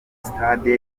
stade